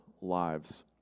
lives